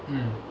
mm